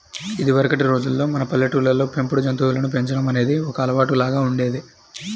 ఇదివరకటి రోజుల్లో మన పల్లెటూళ్ళల్లో పెంపుడు జంతువులను పెంచడం అనేది ఒక అలవాటులాగా ఉండేది